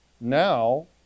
now